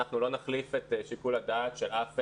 אנחנו לא נחליף את שיקול הדעת של אף,